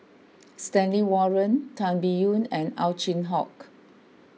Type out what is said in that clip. Stanley Warren Tan Biyun and Ow Chin Hock